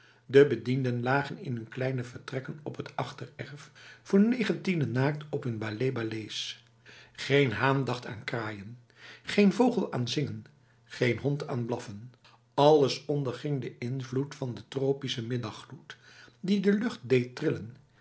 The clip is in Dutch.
de bedienden lagen in hun kleine vertrekken op het achtererf voor negen tienden naakt op hun balé balés geen haan dacht aan kraaien geen vogel aan zingen geen hond aan blaffen alles onderging de invloed van de tropische middaggloed die de lucht deed trillen